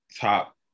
top